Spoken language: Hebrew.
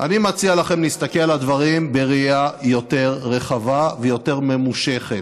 אני מציע לכם להסתכל על הדברים בראייה יותר רחבה ויותר ממושכת.